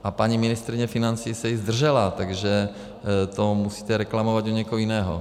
A paní ministryně financí se i zdržela, takže to musíte reklamovat u někoho jiného.